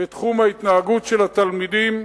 בתחום ההתנהגות של התלמידים,